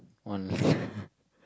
one